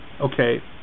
okay